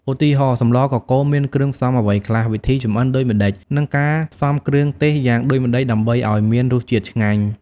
ឧទាហរណ៍ សម្លរកកូរមានគ្រឿងផ្សំអ្វីខ្លះ វិធីចម្អិនដូចម្តេច និងការផ្សំគ្រឿងទេសយ៉ាងដូចម្តេចដើម្បីឱ្យមានរសជាតិឆ្ញាញ់។